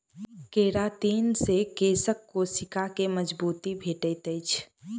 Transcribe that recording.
keratin से केशक कोशिका के मजबूती भेटैत अछि